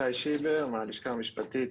שי שיבר מהלשכה המשפטית